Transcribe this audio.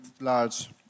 large